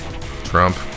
trump